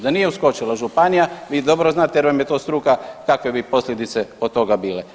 Da nije uskočila županija vi dobro znate jer vam je to struka kakve bi posljedice od toga bile.